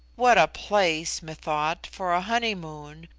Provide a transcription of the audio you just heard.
what a place, methought, for a honeymoon,